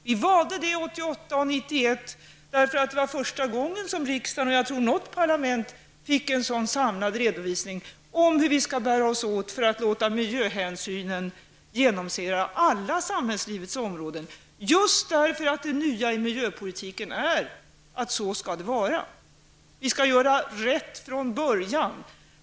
Vi valde att göra så 1988 och 1991, eftersom det var första gången som riksdagen -- och jag tror något parlament -- fick en så samlad redovisning av hur vi skulle bära oss åt för att låta mljöhänsynen genomsyra alla samhällslivets områden, just därför att det nya i miljöpolitiken är att så skall det vara. Vi skall göra rätt från början.